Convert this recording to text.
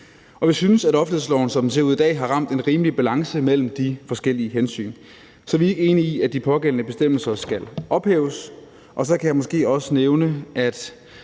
Vi synes, at offentlighedsloven, som den ser ud i dag, har ramt en rimelig balance mellem de forskellige hensyn. Så vi er ikke enige i, at de pågældende bestemmelser skal ophæves. Og så kan jeg måske også nævne, at